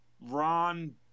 Ron